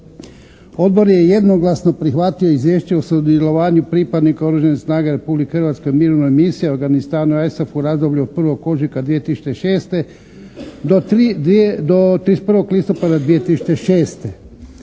Odbor je jednoglasno prihvatio Izvješće o sudjelovanju pripadnika oružanih snaga Republike Hrvatske u mirovnoj misiji u Afganistanu ISAF u razdoblju od 1. ožujka 2006. do 31. listopada 2006.